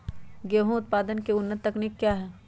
गेंहू उत्पादन की उन्नत तकनीक क्या है?